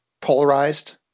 polarized